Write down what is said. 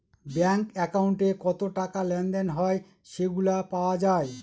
bank একাউন্টে কত টাকা লেনদেন হয় সেগুলা পাওয়া যায়